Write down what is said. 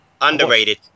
Underrated